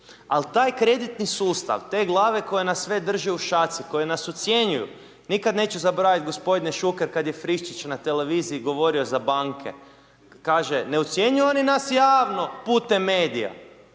Al, taj kreditni sustav, te glave koje nas sve drže u šaci, koje nas ucjenjuju, nikada neću zaboraviti gospodine Šuker kada je Friščić na televiziji govorio za banke. Kaže, ne ucjenjuju oni nas javno putem medija,